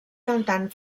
cantant